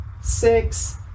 six